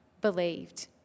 believed